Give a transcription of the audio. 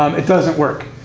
um it doesn't work.